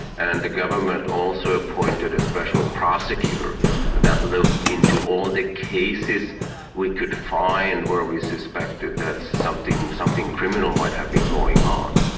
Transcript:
and the government also appointed a special prosecutor that looked into all the cases we could find where we suspected that something something criminal might have been going on.